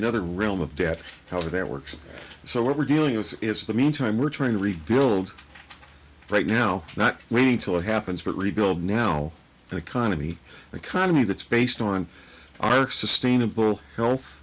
another realm of debt however that works so what we're dealing with is the meantime we're trying to rebuild right now not wait until it happens but rebuild now an economy economy that's based on our sustainable health